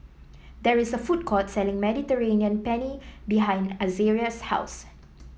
there is a food court selling Mediterranean Penne behind Azaria's house